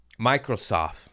Microsoft